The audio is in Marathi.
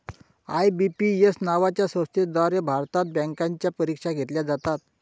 आय.बी.पी.एस नावाच्या संस्थेद्वारे भारतात बँकांच्या परीक्षा घेतल्या जातात